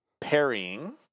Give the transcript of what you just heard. parrying